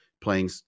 playing